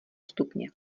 stupně